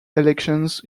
elections